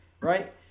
right